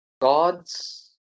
God's